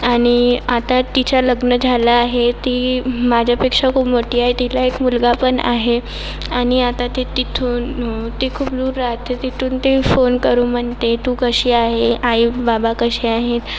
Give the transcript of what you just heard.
आणि आता तिचं लग्न झालं आहे ती माझ्यापेक्षा खूप मोठी आहे तिला एक मुलगा पण आहे आणि आता ती तिथून ती खूप दूर राहते तिथून ती फोन करून म्हणते तू कशी आहे आई बाबा कसे आहेत